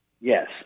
Yes